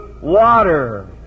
water